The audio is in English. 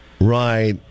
right